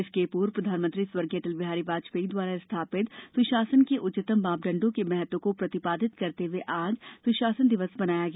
इसके पूर्व प्रधानमंत्री स्वर्गीय अटल बिहारी वाजपेयी द्वारा स्थापित सुशासन के उच्चतम मापदण्डों के महत्व को प्रतिपादित करते हुए आज सुशासन दिवस मनाया गया